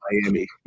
miami